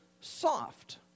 soft